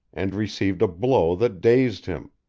and received a blow that dazed him.